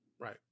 Right